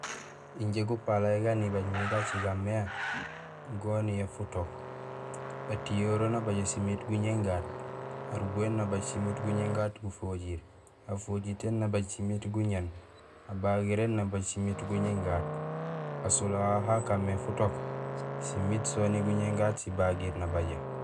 Injé gupalay gan ibaaj mé gacigaam mé goniyee futook. Atiyoree nabajé simiit guñéén gaat, arubahéén nabajé simiit guñéén gaat gufojiir, afojitéén nabajé simiit guñéén, abaligéén nabajé simiit guñéén gaat, asolee hahu ha kaan mé futook simiit soni guñéén gaat sigagiir nabajé.